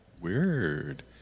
Weird